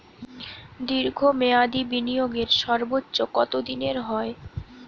দীর্ঘ মেয়াদি বিনিয়োগের সর্বোচ্চ কত দিনের হয়?